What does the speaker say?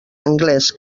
anglès